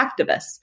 activists